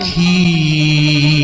e